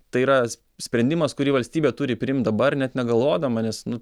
tai yra sprendimas kurį valstybė turi priimt dabar net negalvodama nes nu